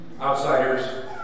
Outsiders